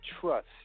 trust